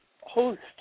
host